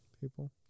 People